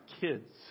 kids